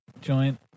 joint